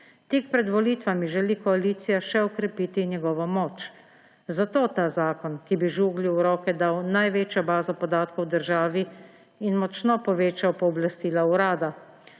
Tik pred volitvami želi koalicija še okrepiti njegovo moč, zato ta zakon, ki bi Žuglju v roke dal največjo bazo podatkov v državi in močno povečal pooblastila urada.